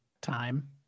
time